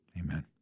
Amen